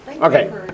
Okay